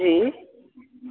जी